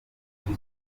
rugo